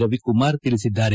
ರವಿಕುಮಾರ್ ತಿಳಿಸಿದ್ದಾರೆ